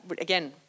again